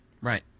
Right